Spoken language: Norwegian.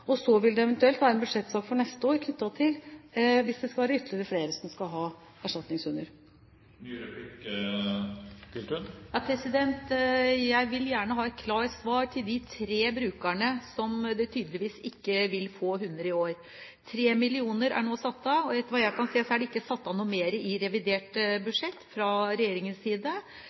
og så vil det eventuelt være en budsjettsak for neste år knyttet til om det er ytterligere flere som skal ha erstatningshunder. Jeg vil gjerne ha et klart svar til de tre brukerne som tydeligvis ikke vil få hund i år. 3 mill. kr er nå satt av, og etter hva jeg kan se, er det ikke satt av noe mer i revidert budsjett fra regjeringens side.